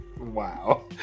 wow